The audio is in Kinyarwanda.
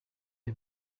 the